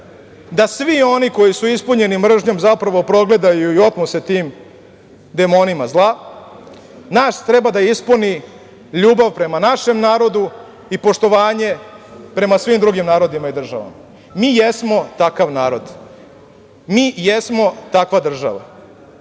da svi oni koji su ispunjeni mržnjom zapravo progledaju i otmu se tim demonima zla. Nas treba da ispuni ljubav prema našem narodu i poštovanje prema svim drugim narodima i državama. Mi jesmo takav narod. Mi jesmo takva država.